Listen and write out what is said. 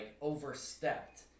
overstepped